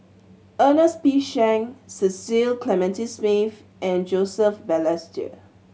Ernest P Shank Cecil Clementi Smith and Joseph Balestier